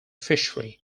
fishery